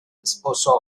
sposò